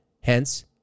Hence